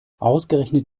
ausgerechnet